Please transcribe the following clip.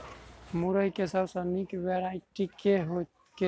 मुरई केँ सबसँ निक वैरायटी केँ छै?